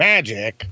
Magic